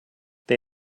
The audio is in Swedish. det